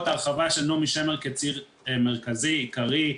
הרחבה של נעמי שמר כציר מרכזי עיקרי,